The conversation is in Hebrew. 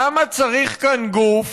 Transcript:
למה צריך כאן גוף